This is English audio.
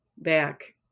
back